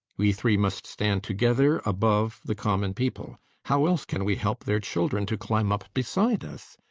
we three must stand together above the common people how else can we help their children to climb up beside us?